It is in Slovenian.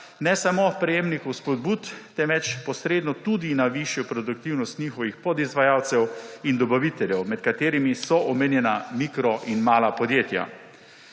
ne samo prejemnikov spodbud, temveč posredno tudi na višjo produktivnost njihovih podizvajalcev in dobaviteljev, med katerimi so omenjena mikro- in mala podjetja.